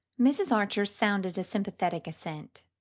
mrs. archer sounded a sympathetic assent.